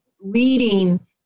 leading –